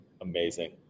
amazing